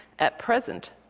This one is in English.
at present,